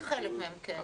את חלק מהם כן,